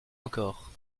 encore